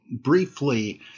briefly